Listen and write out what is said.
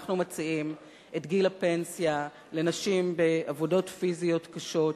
אנחנו מציעים את גיל הפנסיה לנשים בעבודות פיזיות קשות